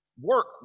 work